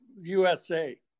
USA